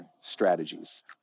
strategies